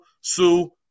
Sue